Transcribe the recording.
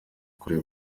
kureba